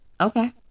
Okay